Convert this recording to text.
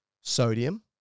sodium